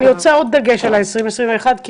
אני רוצה עוד דגש על 2020-2021 כי